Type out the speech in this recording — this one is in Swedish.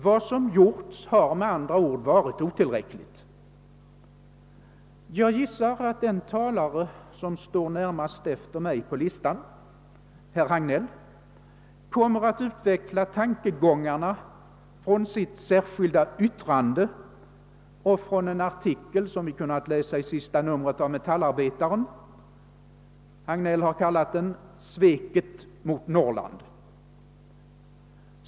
Vad som gjorts har med andra ord varit otillräckligt. Jag gissar att den talare som står närmast efter mig på listan, herr Hagnell, kommer att utveckla tankegångarna från sitt särskilda yttrande och från en artikel som vi kunnat läsa i senaste numret av Metallarbetaren — herr Hagnell har kallat den »Sveket mot Norrland».